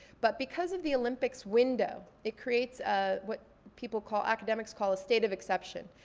but because of the olympics window, it creates ah what people call, academics call, a state of exception.